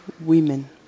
women